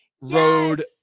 road